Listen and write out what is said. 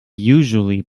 usually